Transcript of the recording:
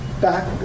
back